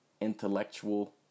intellectual